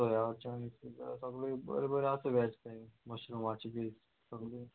soya chunks बी सगळें बरें बरें आसा वॅज थंय मशरुमाची बी सगळी